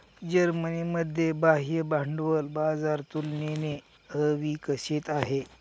जर्मनीमध्ये बाह्य भांडवल बाजार तुलनेने अविकसित आहे